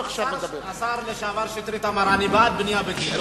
השר לשעבר שטרית אמר: אני בעד בנייה בגילה,